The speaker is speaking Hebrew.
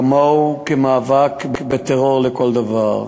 כמוהו כמאבק בטרור לכל דבר,